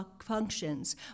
functions